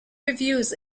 reviews